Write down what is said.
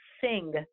SING